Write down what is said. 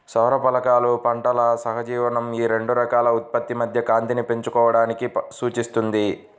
సౌర ఫలకాలు పంటల సహజీవనం ఈ రెండు రకాల ఉత్పత్తి మధ్య కాంతిని పంచుకోవడాన్ని సూచిస్తుంది